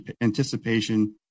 anticipation